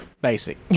basic